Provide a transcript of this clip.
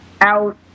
out